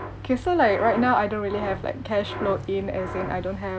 okay so like right now I don't really have like cash flow in as in I don't have